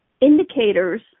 indicators